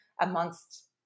amongst